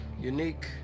unique